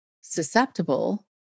susceptible